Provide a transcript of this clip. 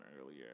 earlier